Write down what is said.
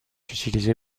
utilisée